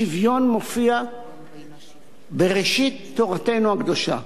השוויון מופיע בראשית תורתנו הקדושה.